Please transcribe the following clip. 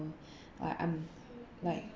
I'm like